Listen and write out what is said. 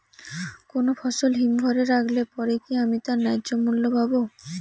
কোনো ফসল হিমঘর এ রাখলে পরে কি আমি তার ন্যায্য মূল্য পাব?